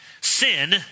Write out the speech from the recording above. sin